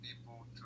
people